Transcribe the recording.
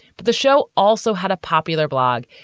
but the show also had a popular blog,